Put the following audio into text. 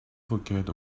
forget